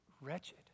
wretched